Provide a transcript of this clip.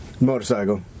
Motorcycle